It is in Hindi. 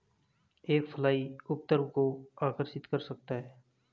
एक फ्लाई उपद्रव को आकर्षित कर सकता है?